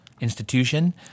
institution